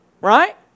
Right